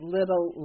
Little